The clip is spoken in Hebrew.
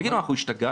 תגידו, אנחנו השתגענו?